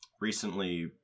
recently